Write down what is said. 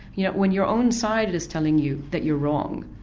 you know when your own side is telling you that you're wrong,